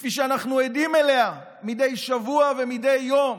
וכפי שאנחנו עדים לה מדי שבוע ומדי יום,